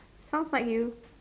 sounds like you